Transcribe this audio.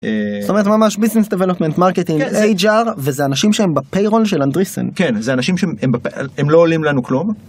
זאת אומרת ממש ביסנס תבלות מרקטים אייג'ר וזה אנשים שהם בפיירון של אנדריסן כן זה אנשים שהם לא עולים לנו כלום.